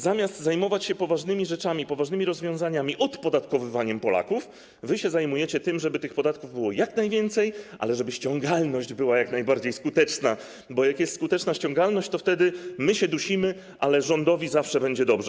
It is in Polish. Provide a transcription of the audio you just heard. Zamiast zajmować się poważnymi rzeczami, poważnymi rozwiązaniami, odpodatkowywaniem Polaków, zajmujecie się tym, żeby tych podatków było jak najwięcej, ale też żeby ściągalność była jak najbardziej skuteczna, bo jak jest skuteczna ściągalność, to wtedy my się dusimy, ale rządowi zawsze będzie dobrze.